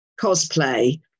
cosplay